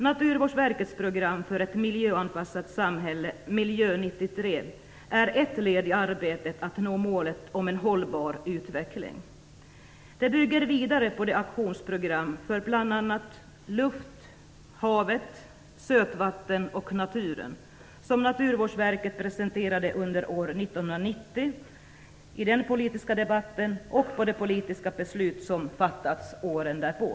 Naturvårdsverkets program för ett miljöanpassat samhälle, Miljö 93, är ett led i arbetet att nå målet om en hållbar utveckling. Det bygger vidare på det aktionsprogram för bl.a. luft, hav, sötvatten och natur som Naturvårdsverket presenterade 1990, på den politiska debatten och på de politiska beslut som fattats åren därpå.